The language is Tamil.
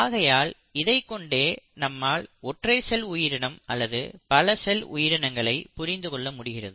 ஆகையால் இதைக் கொண்டே நம்மால் ஒற்றை செல் உயிரினம் அல்லது பல செல் உயிரினங்களை புரிந்து கொள்ள முடிகிறது